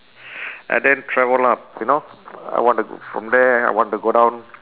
and then travel up you know I want from there I want to go down